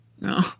No